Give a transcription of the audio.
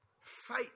Faith